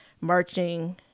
marching